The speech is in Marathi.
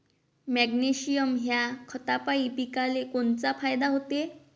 मॅग्नेशयम ह्या खतापायी पिकाले कोनचा फायदा होते?